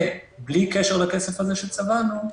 ובלי קשר לכסף הזה ש"צבענו",